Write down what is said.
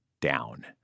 down